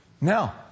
Now